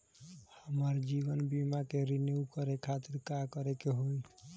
हमार जीवन बीमा के रिन्यू करे खातिर का करे के होई?